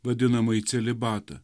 vadinamąjį celibatą